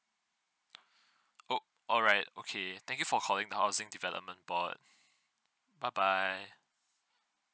oh alright okay thank you for calling housing development board bye bye